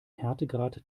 härtegrad